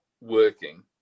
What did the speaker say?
working